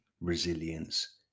resilience